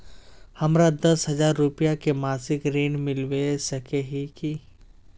हमरा दस हजार रुपया के मासिक ऋण मिलबे सके है की?